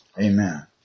Amen